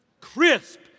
crisp